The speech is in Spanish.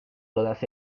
todas